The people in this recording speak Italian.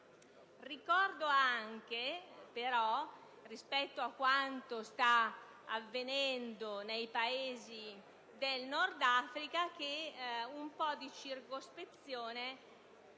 Ricordo anche, però, rispetto a quanto sta avvenendo nei Paesi del Nord Africa, che un po' di circospezione